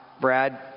Brad